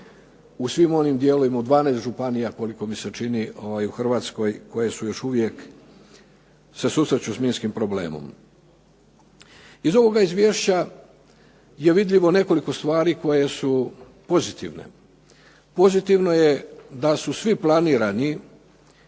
u svim onim dijelovima, u 12 županija koliko mi se čini u Hrvatskoj koje su još uvijek, se susreću s minskim problemom. Iz ovoga izvješća je vidljivo nekoliko stvari koje su pozitivne. Pozitivno je da su svi planirani,